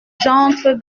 j’entre